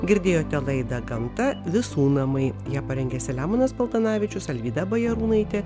girdėjote laidą gamta visų namai ją parengė selemonas paltanavičius alvyda bajarūnaitė